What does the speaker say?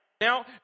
Now